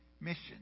mission